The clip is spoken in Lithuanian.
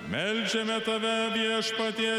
meldžiame tave viešpatie